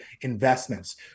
investments